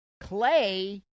Clay